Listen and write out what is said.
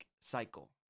cycle